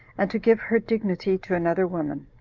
and to give her dignity to another woman.